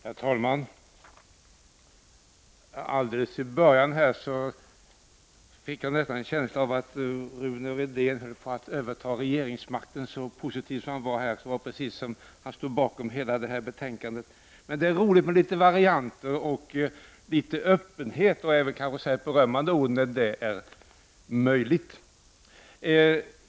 Herr talman! Alldeles i början fick jag nästan en känsla av att Rune Rydén höll på att överta regeringsmakten. Han var så positiv att det verkade som om han stod bakom hela betänkandet. Men det är roligt med litet varianter och litet öppenhet och även ett berömmande ord när det är möjligt.